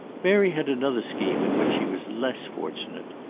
mary had another scheme in which she was less fortunate.